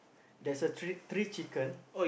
there's a three three chicken